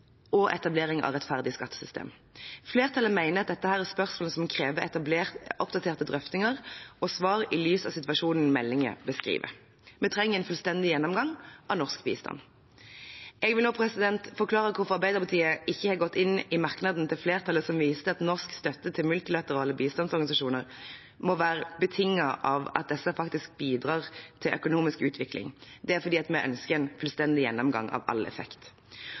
og etablering av rettferdige skattesystemer? Flertallet mener dette er spørsmål som krever oppdaterte drøftinger og svar i lys av situasjonen meldingen beskriver. Vi trenger en fullstendig gjennomgang av norsk bistand. Jeg vil nå forklare hvorfor Arbeiderpartiet ikke har gått inn i merknaden til flertallet som viser til at norsk støtte til multilaterale bistandsorganisasjoner må være betinget av at disse faktisk bidrar til økonomisk utvikling. Det er fordi vi ønsker en fullstendig gjennomgang av all effekt.